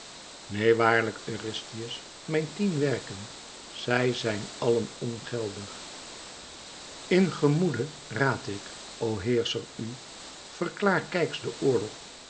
neen waarlijk eurystheus mijn tien werken zij zijn allen ongeldig in gemoede raad ik o heerscher u verklaar keyx den oorlog